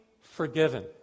forgiven